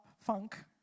funk